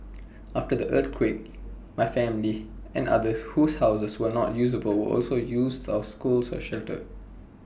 after the earthquake my family and others whose houses were not usable also used our school as A shelter